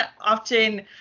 often